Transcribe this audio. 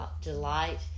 delight